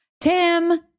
Tim